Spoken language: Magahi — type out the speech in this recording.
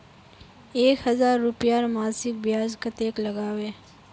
एक हजार रूपयार मासिक ब्याज कतेक लागबे?